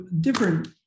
Different